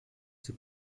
sie